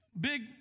Big